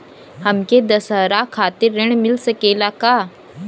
हमके दशहारा खातिर ऋण मिल सकेला का?